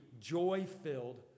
joy-filled